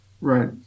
right